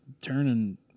turning